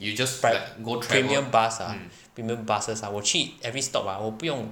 pre~ premium bus ah premium buses 我去 every stop 我不用